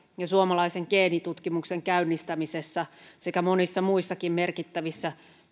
ja suomalaisen geenitutkimuksen käynnistämisessä sekä monissa muissakin merkittävissä